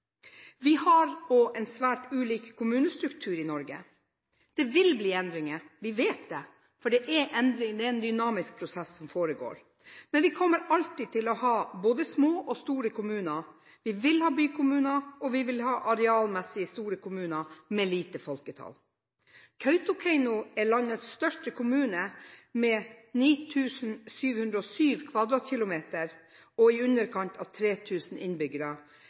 Vi har også en svært ulik kommunestruktur i Norge. Det vil bli endringer, vi vet det, for det er en dynamisk prosess som foregår. Men vi kommer alltid til å ha både små og store kommuner. Vi vil ha bykommuner, og vi vil ha arealmessig store kommuner med lavt folketall. Kautokeino er landets største kommune med et areal på 9 707 km2 og i underkant av 3 000 innbyggere.